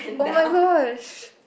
oh-my-gosh